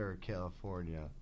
California